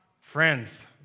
Friends